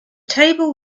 table